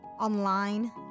online